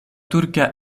turka